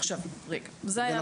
עכשיו, רגע, זה היה